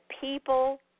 people